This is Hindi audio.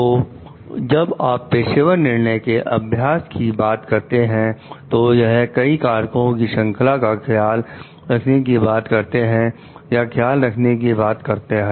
तो जब आप पेशेवर निर्णय के अभ्यास की बात करते हैं तो यह कई कारकों की श्रंखला का ख्याल रखने की बात करता है का ख्याल रखने की बात करता है